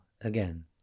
again